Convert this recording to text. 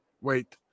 Wait